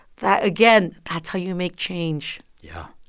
that again, that's how you make change yeah.